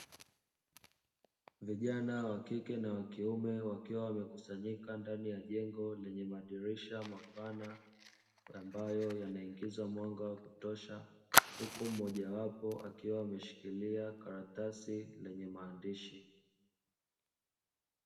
Vijana wa kike na wa kiume wakiwa wamekusanyika ndani ya jengo lenye madirisha mapana ambayo yanaingizwa mwanga wa kutosha huko mojawapo akiwa ameshikilia karatasi lenye maandishi.